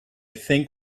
think